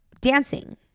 dancing